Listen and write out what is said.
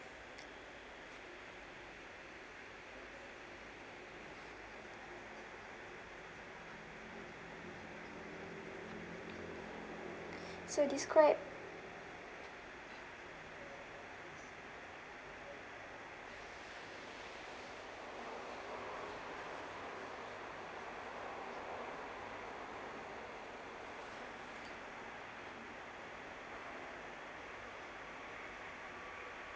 so describe